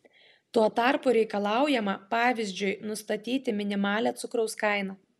tuo tarpu reikalaujama pavyzdžiui nustatyti minimalią cukraus kainą